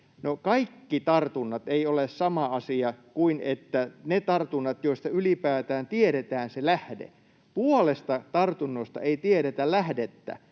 kaikki tartunnat eivät ole sama asia kuin ne tartunnat, joista ylipäätään tiedetään se lähde. Puolesta tartunnoista ei tiedetä lähdettä,